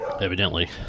evidently